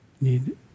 need